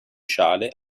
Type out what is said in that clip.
schale